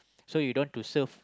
so you don't have to serve